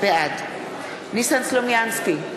בעד ניסן סלומינסקי,